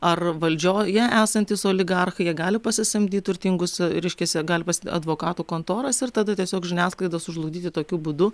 ar valdžioje esantys oligarchai jie gali pasisamdyt turtingus reiškiasi gali pas advokatų kontoras ir tada tiesiog žiniasklaidą sužlugdyti tokiu būdu